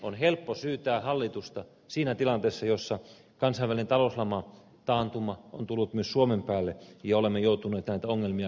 on helppo syyttää hallitusta siinä tilanteessa jossa kansainvälinen talouslama taantuma on tullut myös suomen päälle ja olemme joutuneet näitä ongelmia kestämään